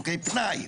פנאי.